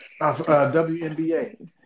WNBA